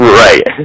right